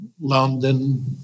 London